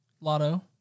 lotto